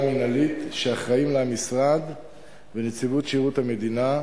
מינהלית שאחראים לה המשרד ונציבות שירות המדינה,